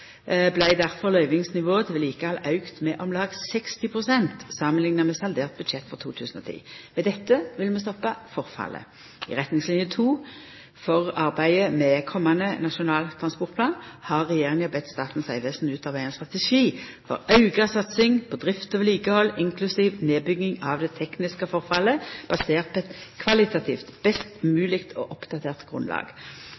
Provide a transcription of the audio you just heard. løyvingsnivået til vedlikehald auka med om lag 60 pst. samanlikna med saldert budsjett for 2010. Med dette vil vi stoppa forfallet. I retningslinje 2 for arbeidet med den komande Nasjonal transportplan har regjeringa bedt Statens vegvesen utarbeida ein strategi for auka satsing på drift og vedlikehald, inklusiv nedbygging av det tekniske forfallet, basert på eit kvalitativt best